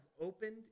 opened